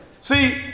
See